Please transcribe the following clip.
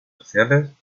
sociales